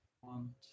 One